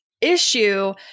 issue